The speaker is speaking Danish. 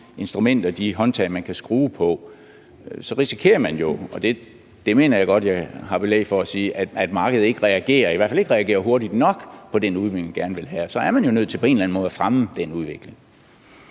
instrumenter og de håndtag, man kan skrue på, så risikerer man jo – og det mener jeg godt jeg har belæg for at sige – at markedet ikke reagerer, i hvert fald ikke reagerer hurtigt nok på den udvikling, vi gerne vil have. Så er man jo nødt til på en eller anden måde at fremme den udvikling.